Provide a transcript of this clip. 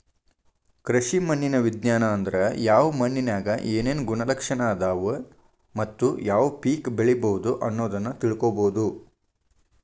ಕೃಷಿ ಮಣ್ಣಿನ ವಿಜ್ಞಾನ ಅಂದ್ರ ಯಾವ ಮಣ್ಣಿನ್ಯಾಗ ಏನೇನು ಗುಣಲಕ್ಷಣ ಅದಾವ ಮತ್ತ ಯಾವ ಪೇಕ ಬೆಳಿಬೊದು ಅನ್ನೋದನ್ನ ತಿಳ್ಕೋಬೋದು